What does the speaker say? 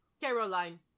Caroline